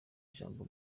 ijambo